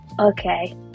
okay